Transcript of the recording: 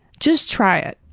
just try it.